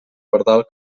pardal